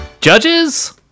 Judges